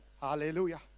Hallelujah